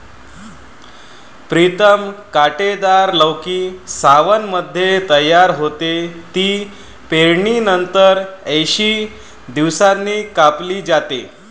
प्रीतम कांटेदार लौकी सावनमध्ये तयार होते, ती पेरणीनंतर ऐंशी दिवसांनी कापली जाते